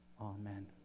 Amen